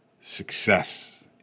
success